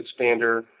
expander